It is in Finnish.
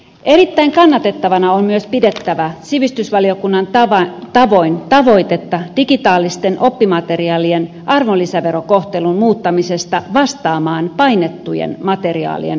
erittäin kannatettavana on myös pidettävä sivistysvaliokunnan tavoin tavoitetta digitaalisten oppimateriaalien arvonlisäverokohtelun muuttamisesta vastaamaan painettujen materiaalien verokohtelua